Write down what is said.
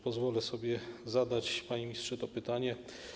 Pozwolę sobie zadać, panie ministrze, to pytanie.